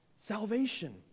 salvation